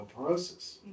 osteoporosis